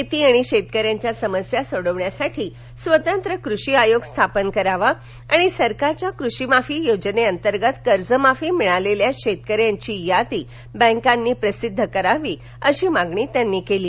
शेती आणि शेतकऱ्यांच्या समस्या सोडवण्यासाठी स्वतंत्र कृषी आयोग स्थापन करावा आणि सरकारच्या कर्जमाफी योजनेअंतर्गत कर्जमाफी मिळालेल्या शेतकऱ्यांची यादी बँकांनी प्रसिद्ध करावी अशी मागणी त्यांनी केली